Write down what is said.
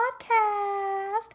podcast